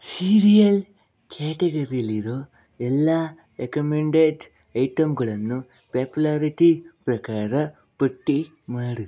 serial ಕ್ಯಾಟಗರೀಲಿರೊ ಎಲ್ಲ recommended ಐಟಮ್ಗಳನ್ನು ಪಾಪ್ಯುಲಾರಿಟಿ ಪ್ರಕಾರ ಪಟ್ಟಿ ಮಾಡು